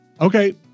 Okay